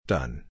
Done